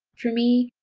for me,